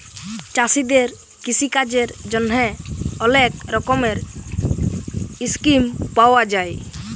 চাষীদের কিষিকাজের জ্যনহে অলেক রকমের ইসকিম পাউয়া যায়